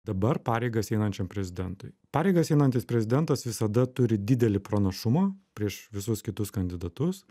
dabar pareigas einančiam prezidentui pareigas einantis prezidentas visada turi didelį pranašumą prieš visus kitus kandidatus